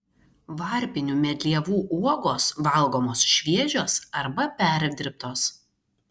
varpinių medlievų uogos valgomos šviežios arba perdirbtos